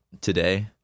today